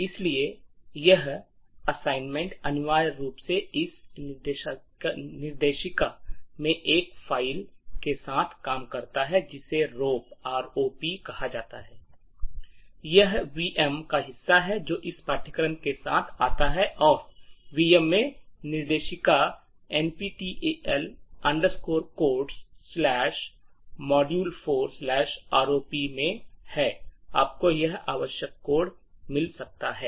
इसलिए यह असाइनमेंट अनिवार्य रूप से इस निर्देशिका में एक फ़ाइल के साथ काम करता है जिसे रोप कहा जाता है यह वीएम का हिस्सा है जो इस पाठ्यक्रम के साथ आता है और वीएम में निर्देशिका nptel codesमॉड्यूल4आरओपी nptel codesmodule4ROP में आपको यह आवश्यक कोड मिल सकता है